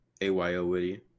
A-Y-O-Witty